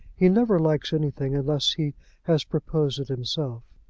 he never likes anything unless he has proposed it himself.